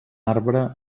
arbre